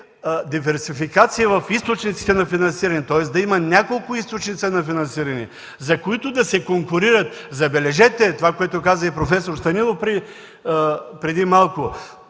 диверсификация в източниците на финансиране, тоест да има няколко източника на финансиране, за които да се конкурират, забележете – това, което каза и проф. Станилов преди малко,